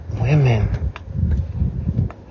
women